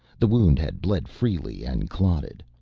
the wound had bled freely and clotted.